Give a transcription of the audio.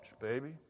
baby